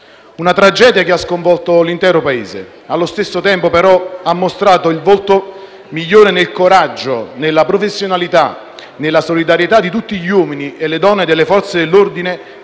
Una tragedia che ha sconvolto l'intero Paese ma, allo stesso tempo, ha mostrato il volto migliore nel coraggio, nella professionalità e nella solidarietà di tutti gli uomini e le donne delle Forze dell'ordine, dei